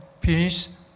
peace